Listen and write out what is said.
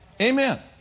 Amen